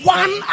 one